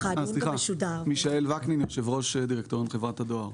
יושב ראש דירקטוריון חברת הדואר.